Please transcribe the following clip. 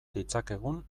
ditzakegun